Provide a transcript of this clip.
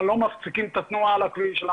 אנחנו לא מפסיקים את התנועה על הכביש אלא